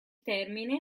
termine